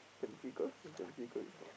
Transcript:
Benfica think Benfica is strong